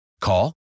call